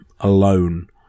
alone